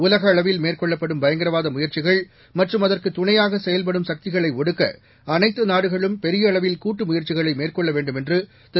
உலக அளவில் மேற்கொள்ளப்படும் பயங்கரவாத முயற்சிகள் மற்றம் அதற்கு துணையாக செயல்படும் சக்திகளை ஒடுக்க அனைத்து நாடுகளும் பெரிய அளவில் கூட்டு முயற்சிகளை மேற்கொள்ள வேண்டும் என்று திரு